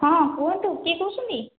ହଁ କୁହନ୍ତୁ କିଏ କହୁଛନ୍ତି